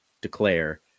declare